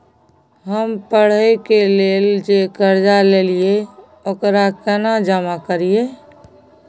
हम पढ़े के लेल जे कर्जा ललिये ओकरा केना जमा करिए?